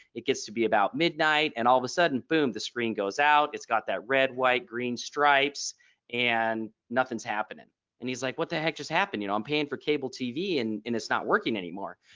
it gets to be about midnight and all of a sudden boom the screen goes out. it's got that red white green stripes and nothing's happening and he's like what the heck just happened you know i'm paying for cable tv and it's not working anymore.